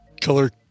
color